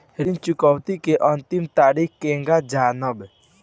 ऋण चुकौती के अंतिम तारीख केगा जानब?